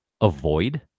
avoid